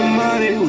money